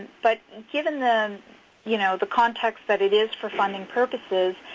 but given the you know the context that it is for funding purposes,